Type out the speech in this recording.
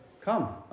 come